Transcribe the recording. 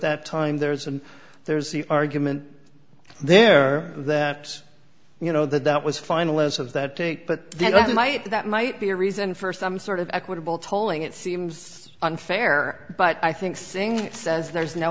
that time there is and there's the argument there that you know that that was final as of that take but then might that might be a reason for some sort of equitable tolling it seems unfair but i think singh says there's no